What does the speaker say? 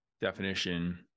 definition